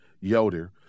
Yoder